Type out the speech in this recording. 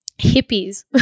hippies